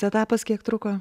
etapas kiek truko